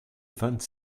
vingt